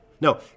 No